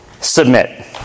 submit